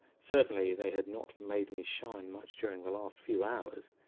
certainly they had not made me shine much during the last few hours.